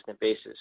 basis